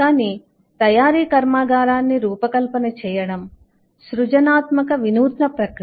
కానీ తయారీ కర్మాగారాన్ని రూపకల్పన చేయడం సృజనాత్మక వినూత్న ప్రక్రియ